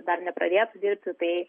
dar nepradėtų dirbti tai